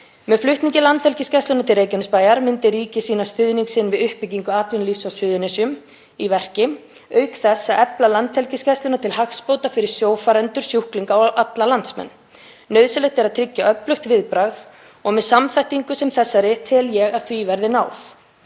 Með flutningi Landhelgisgæslunnar til Reykjanesbæjar myndi ríkið sýna stuðning sinn við uppbyggingu atvinnulífs á Suðurnesjum í verki auk þess að efla Landhelgisgæsluna til hagsbóta fyrir sjófarendur, sjúklinga og alla landsmenn. Nauðsynlegt er að tryggja öflugt viðbragð og með samþættingu sem þessari tel ég að því verði náð.